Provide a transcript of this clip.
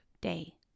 day